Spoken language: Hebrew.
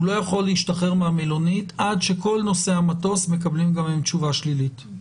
הוא לא יכול להשתחרר מהמלונית עד שכל נוסעי המטוס מקבלים תשובה שלילית.